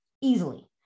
easily